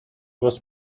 was